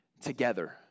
together